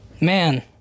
Man